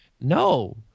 No